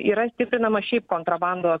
yra stiprinama šiaip kontrabandos